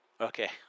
Okay